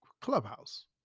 Clubhouse